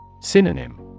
Synonym